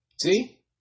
See